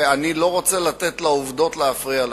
ואני לא רוצה לתת לעובדות להפריע לך.